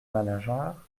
malingear